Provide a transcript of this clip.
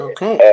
Okay